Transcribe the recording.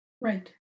Right